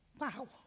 wow